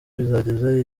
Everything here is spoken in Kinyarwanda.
kuzageza